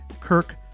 Kirk